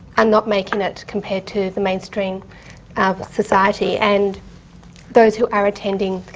and not making it compared to the mainstream um society, and those who are attending,